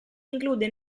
include